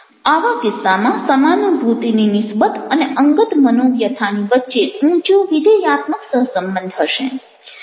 આવા કિસ્સામાં સમાનુભૂતિની નિસ્બત અને અંગત મનોવ્યથાની વચ્ચે ઊંચો વિધેયાત્મક સહસંબંધ હશે